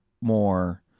more